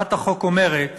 הצעת החוק אומרת